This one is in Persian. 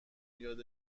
یاد